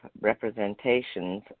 representations